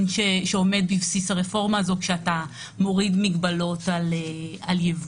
שעומד בבסיס הרפורמה הזאת כשאתה מוריד מגבלות על ייבוא.